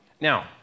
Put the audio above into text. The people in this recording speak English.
Now